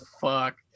fuck